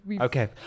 Okay